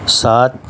سات